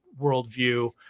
worldview